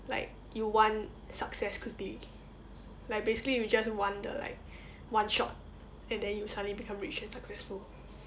like you want success quickly like basically you just want the like one shot and then you suddenly become rich and successful